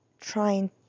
trying